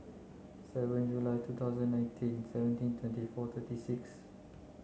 seven July two thousand nineteen seventeen twenty four thirty six